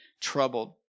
troubled